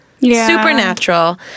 supernatural